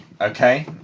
Okay